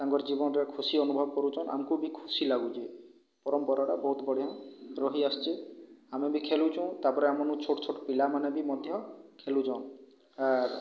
ତାଙ୍କର ଜୀବନରେ ଖୁସି ଅନୁଭବ କରୁଛନ୍ ଆମକୁ ବି ଖୁସି ଲାଗୁଚେ ପରମ୍ପରାଟା ବହୁତ ବଢ଼ିଆ ରହିଆସିଚେ ଆମେ ବି ଖେଳୁଚୁଁ ତାପରେ ଆମର୍ନୁ ଛୋଟ୍ ଛୋଟ୍ ପିଲାମାନେ ବି ମଧ୍ୟ ଖେଳୁଚନ୍ ଆର୍